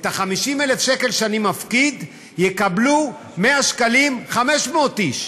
מ-50,000 השקלים שאני מפקיד יקבלו 100 שקלים 500 איש.